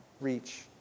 reach